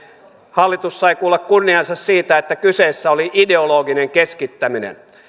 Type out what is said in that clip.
hallitus sai kuulla kunniansa siitä että kyseessä oli ideologinen keskittäminen